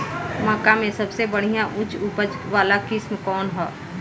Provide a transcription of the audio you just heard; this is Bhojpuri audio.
मक्का में सबसे बढ़िया उच्च उपज वाला किस्म कौन ह?